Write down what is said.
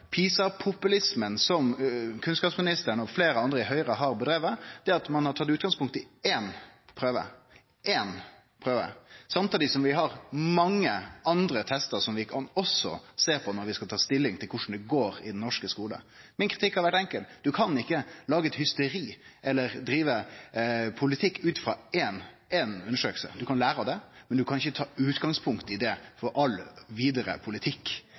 PISA-populismen som kunnskapsministeren og fleire andre i Høgre har drive med, er at ein har tatt utgangspunkt i ein prøve – ein prøve – samtidig som vi har mange andre testar som vi også kan sjå på når vi skal ta stilling til korleis det går i den norske skolen. Min kritikk har vore enkel: Du kan ikkje lage hysteri eller drive politikk ut frå ei undersøking. Du kan lære av ho, men du kan ikkje ta utgangspunkt i ho for all vidare politikk.